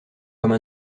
comme